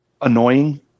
Annoying